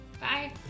Bye